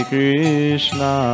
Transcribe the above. Krishna